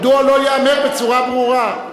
מדוע לא ייאמר בצורה ברורה?